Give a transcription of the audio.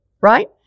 right